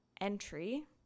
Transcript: entry